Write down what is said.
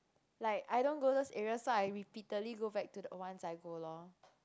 like I don't go those areas so I repeatedly go back to the ones I go lor